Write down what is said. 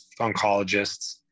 oncologists